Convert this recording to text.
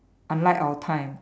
unlike our time